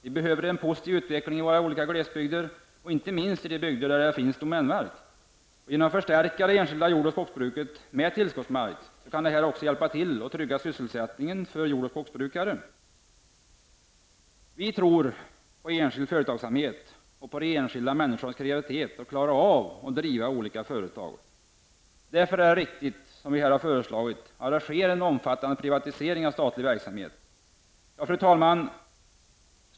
Vi behöver en positiv utveckling i våra olika glesbygder, inte minst i de bygder där det finns domänmark. Genom att förstärka det enskilda jord och skogsbruket med tillskottsmark kan vi hjälpa till att trygga sysselsättningen för jord och skogsbrukare. Vi tror på enskild företagsamhet och på de enskilda människornas kreativitet när det gäller att klara av att driva olika företag. Därför är det riktigt, som vi har föreslagit, att det sker en omfattande privatisering av statlig verksamhet. Fru talman!